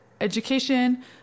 education